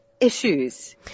issues